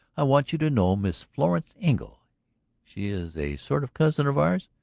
i want you to know miss florence engle she is a sort of cousin of ours.